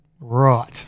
Right